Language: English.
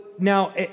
now